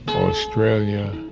australia